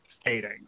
stating